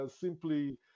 simply